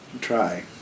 try